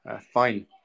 fine